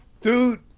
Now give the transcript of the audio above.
Dude